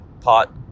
pot